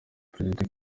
perezida